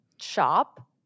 shop